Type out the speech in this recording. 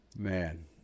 Man